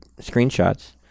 screenshots